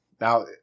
Now